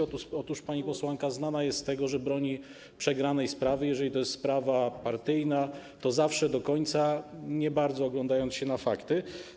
Otóż pani posłanka znana jest z tego, że broni przegranej sprawy, jeżeli to jest sprawa partyjna, zawsze do końca, nie bardzo oglądając się na fakty.